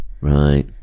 right